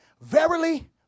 Verily